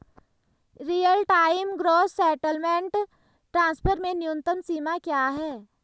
Real time gross settlement transfer में न्यूनतम सीमा क्या है?